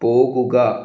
പോകുക